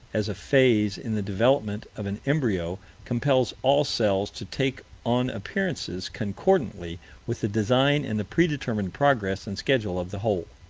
as a phase in the development of an embryo compels all cells to take on appearances concordantly with the design and the predetermined progress and schedule of the whole.